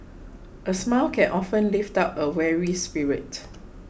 a smile can often lift up a weary spirit